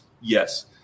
Yes